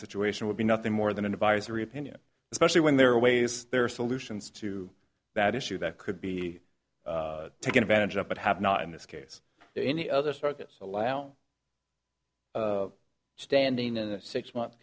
situation would be nothing more than an advisory opinion especially when there are ways there are solutions to that issue that could be taken advantage of but have not in this case any other circus allow standing in a six month